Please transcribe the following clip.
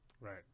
Right